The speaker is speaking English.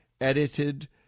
edited